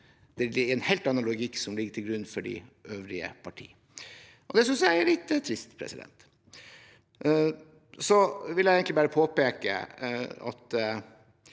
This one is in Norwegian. det er en helt annen logikk som ligger til grunn for de øvrige partiene, og det synes jeg er litt trist. Så vil jeg bare påpeke at